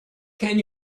can